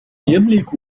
يملك